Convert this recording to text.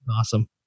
awesome